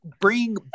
bring